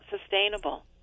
sustainable